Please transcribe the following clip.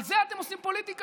על זה אתם עושים פוליטיקה?